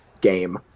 game